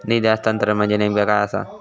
निधी हस्तांतरण म्हणजे नेमक्या काय आसा?